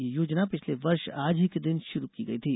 यह योजना पिछले वर्ष आज ही के दिन शुरू की गई थी